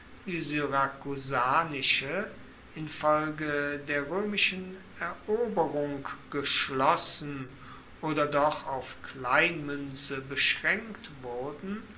die syrakusanische infolge der roemischen eroberung geschlossen oder doch auf kleinmuenze beschraenkt wurden